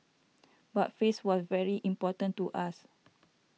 but face was very important to us